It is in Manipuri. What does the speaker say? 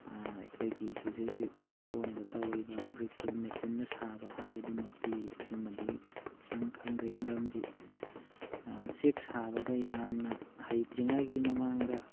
ꯑꯩꯈꯣꯏꯒꯤ ꯍꯧꯖꯤꯛ ꯍꯧꯖꯤꯛ ꯆꯦꯛꯀꯣꯟꯗ ꯇꯧꯔꯤꯕ ꯕ꯭ꯔꯤꯛ ꯐꯤꯜ ꯃꯦꯆꯤꯟꯅ ꯁꯥꯕ ꯍꯥꯏꯕꯗꯨꯃꯛꯇꯤ ꯑꯗꯨꯃꯗꯤ ꯈꯤꯇꯪ ꯈꯪꯖꯩ ꯃꯔꯝꯗꯤ ꯆꯦꯛ ꯁꯥꯕꯗ ꯌꯥꯝꯅ ꯍꯩꯇ꯭ꯔꯤꯉꯥꯏꯒꯤ ꯃꯃꯥꯡꯗ